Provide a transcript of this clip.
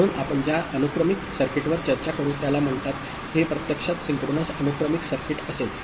म्हणून आपण ज्या अनुक्रमिक सर्किटवर चर्चा करू त्याला म्हणतात हे प्रत्यक्षात सिंक्रोनस अनुक्रमिक सर्किट असेल